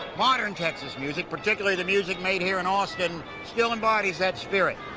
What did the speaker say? modern texas music, particularly the music made here in austin, still embodies that spirit.